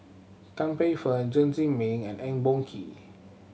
Tan Paey Fern Chen Zhiming and Eng Boh Kee